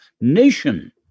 nation